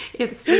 it's the